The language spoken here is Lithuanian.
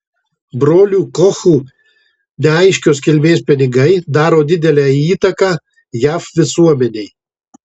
brolių kochų neaiškios kilmės pinigai daro didelę įtaką jav visuomenei